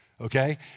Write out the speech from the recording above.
Okay